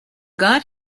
god